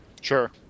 Sure